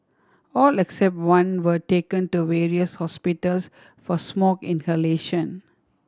all except one were taken to various hospitals for smoke inhalation